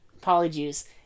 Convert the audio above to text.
polyjuice